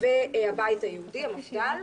והבית היהודי המפד"ל.